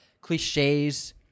cliches